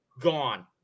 gone